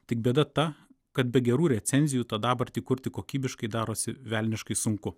tik bėda ta kad be gerų recenzijų tą dabartį kurti kokybiškai darosi velniškai sunku